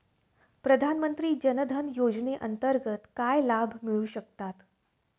प्रधानमंत्री जनधन योजनेअंतर्गत काय लाभ मिळू शकतात?